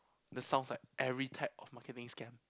that sounds like every type of marketing scam